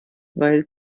weil